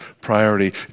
priority